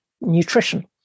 nutrition